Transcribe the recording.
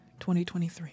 2023